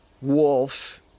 wolf